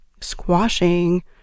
squashing